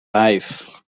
life